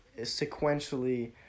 sequentially